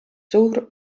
suur